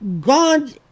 God